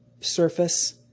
surface